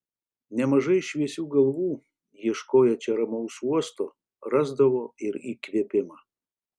nemažai šviesių galvų ieškoję čia ramaus uosto rasdavo ir įkvėpimą